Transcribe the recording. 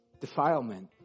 defilement